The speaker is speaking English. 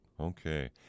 Okay